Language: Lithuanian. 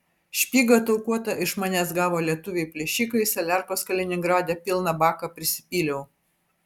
špygą taukuotą iš manęs gavo lietuviai plėšikai saliarkos kaliningrade pilną baką prisipyliau